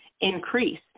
increase